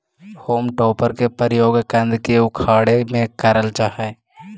home टॉपर के प्रयोग कन्द के उखाड़े में करल जा हई